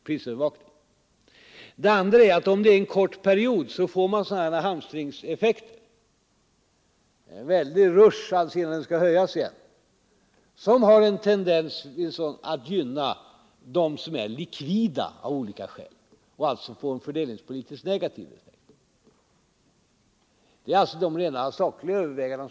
Dessutom blir det, om sänkningen gäller en kort period, hamstringseffekter — en väldig rush innan momsen skall höjas igen — som har en tendens att gynna dem som är likvida. Man får alltså en fördelningspolitiskt negativ effekt. Detta är de rent sakliga övervägandena.